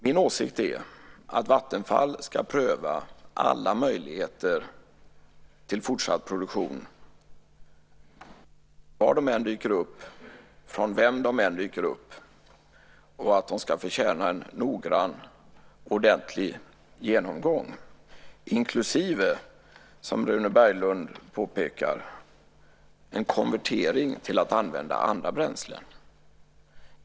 Min åsikt är att Vattenfall ska pröva alla möjligheter till fortsatt produktion var de än dyker upp, från vem de än dyker upp, och att de ska förtjäna en noggrann, ordentlig genomgång. Det inkluderar, som Rune Berglund påpekar, en konvertering till att använda andra bränslen.